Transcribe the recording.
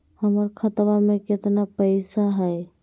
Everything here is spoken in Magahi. हमर खाता मे केतना पैसा हई?